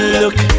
look